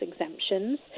exemptions